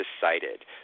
decided